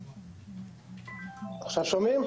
בבקשה.